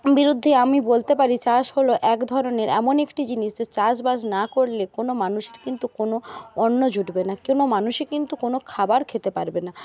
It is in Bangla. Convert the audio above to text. বিরুদ্ধে আমি বলতে পারি চাষ হল একধরনের এমন একটি জিনিস যে চাষবাস না করলে কোনো মানুষটি কিন্তু কোনো অন্ন জুটবে না কোনো মানুষই কিন্তু কোনো খাবার খেতে পারবে না